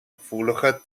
gevoelige